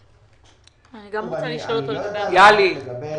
אני לא יודע לענות לגבי דבר